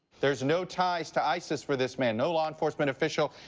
there's no ties to isis for this man, no law enforcement official,